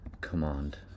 Command